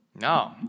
No